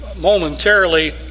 momentarily